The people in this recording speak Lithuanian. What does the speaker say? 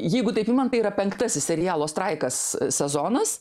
jeigu taip imant tai yra penktasis serialo straikas sezonas